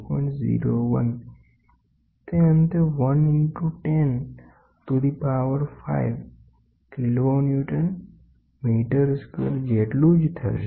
01 તે અંતે 1 ઈંટુ 10 ની 5 ઘાત કિલોન્યુટન મીટર વર્ગ જેટલુ થશે